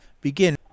begin